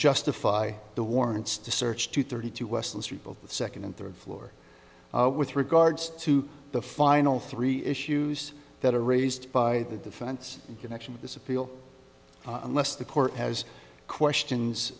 justify the warrants to search two thirty two west of the strip of the second and third floor with regards to the final three issues that are raised by the defense in connection with this appeal unless the court has questions